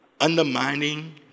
undermining